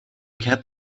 kept